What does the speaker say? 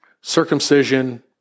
Circumcision